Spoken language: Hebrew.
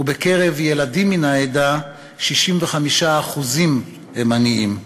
ובקרב ילדים מן העדה 65% הם עניים.